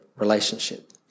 relationship